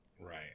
Right